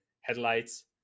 headlights